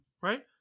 Right